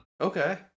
Okay